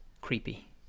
creepy